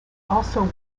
also